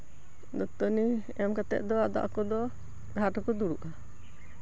ᱫᱟᱹᱛᱟᱹᱱᱤ ᱮᱢ ᱠᱟᱛᱮ ᱫᱚ ᱟᱠᱚ ᱫᱚ ᱟᱫᱚ ᱜᱷᱟᱹᱴ ᱨᱮᱠᱚ ᱫᱩᱲᱩᱵᱼᱟ